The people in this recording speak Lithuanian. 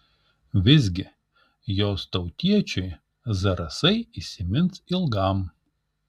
visgi jos tautiečiui zarasai įsimins ilgam